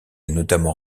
notamment